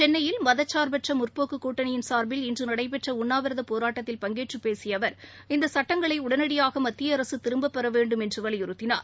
சென்னையில் மதசார்பற்ற முற்போக்கு கூட்டணியின் சார்பில் இன்று நடைபெற்ற உண்ணாவிரதப் போராட்டத்தில் பங்கேற்று பேசிய அவர் இந்த சட்டங்களை உடனடியாக மத்திய அரசு திரும்பப்பெற வேண்டும் என்று வலியுறுத்தினார்